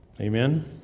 Amen